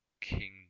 king